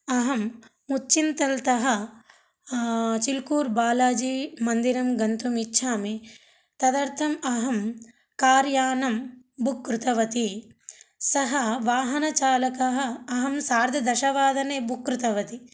अहं मुच्चिन्तल्तः चिल्कूर् बालाजि मन्दिरं गन्तुम् इच्छामि तदर्थम् अहं कार्यानं बुक् कृतवती सः वाहनचालकः अहं सार्धदशवादने बुक् कृतवती